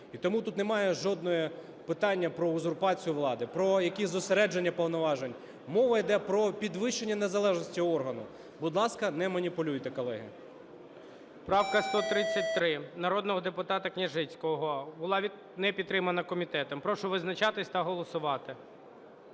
І тому тут немає жодного питання про узурпацію влади, про якісь зосередження повноважень. Мова йде про підвищення незалежності органу. Будь ласка, не маніпулюйте, колеги. ГОЛОВУЮЧИЙ. Правка 133 народного депутата Княжицького була не підтримана комітетом. Прошу визначатись та голосувати.